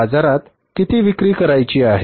बाजारात किती विक्री करायची आहे